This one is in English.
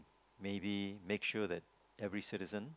maybe make sure that every citizen